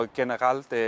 generelt